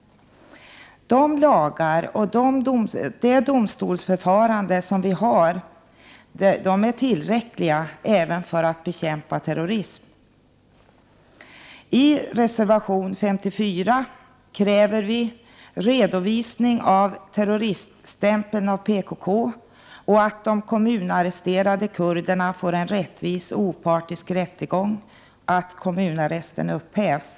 De lagar och det domstolsförfarande som vi har är tillräckliga även för att bekämpa terrorism. I reservation 54 kräver vi en redovisning av det material som terroriststämpeln av PKK grundas på, att de kommunarresterade kurderna får en rättvis och opartisk rättegång och att kommunarresten upphävs.